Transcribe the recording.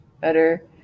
better